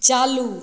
चालू